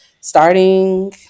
starting